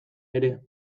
ere